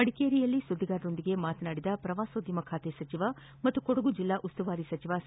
ಮಡಿಕೇರಿಯಲ್ಲಿ ಸುದ್ದಿಗಾರರೊಂದಿಗೆ ಮಾತನಾಡಿದ ಪ್ರವಾಸೋದ್ಯಮ ಖಾತೆ ಸಚಿವ ಮತ್ತು ಕೊಡಗು ಜಿಲ್ಲಾ ಉಸ್ತುವಾರಿ ಸಚಿವ ಸಾ